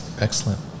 Excellent